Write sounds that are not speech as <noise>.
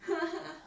<laughs>